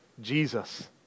Jesus